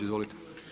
Izvolite.